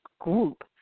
group